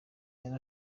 yari